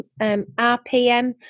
RPM